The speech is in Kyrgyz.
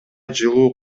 жылуу